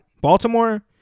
Baltimore